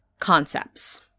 concepts